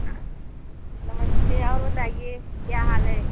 हाँ नमस्ते और बताइए क्या हाल है